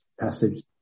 passage